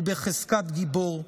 הוא בחזקת גיבור.